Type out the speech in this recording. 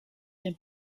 dem